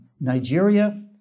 Nigeria